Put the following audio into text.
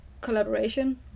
collaboration